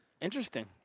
Interesting